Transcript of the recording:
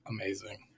amazing